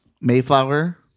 Mayflower